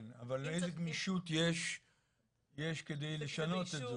כן, אבל איזו גמישות יש בכדי לשנות את זה?